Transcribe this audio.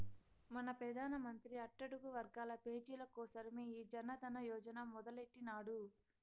మన పెదానమంత్రి అట్టడుగు వర్గాల పేజీల కోసరమే ఈ జనదన యోజన మొదలెట్టిన్నాడు